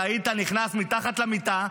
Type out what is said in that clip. אתה היית נכנס מתחת למיטה,